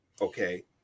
Okay